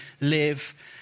live